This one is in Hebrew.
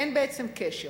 אין בעצם קשר.